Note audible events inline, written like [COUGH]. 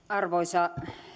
[UNINTELLIGIBLE] arvoisa